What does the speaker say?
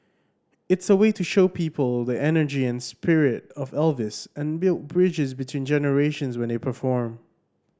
it's a way to show people the energy and spirit of Elvis and build bridges between generations when they perform